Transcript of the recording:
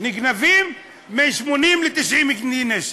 נגנבים בין 80 ל-90 כלי נשק,